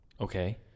Okay